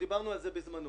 דיברנו על זה בזמנו,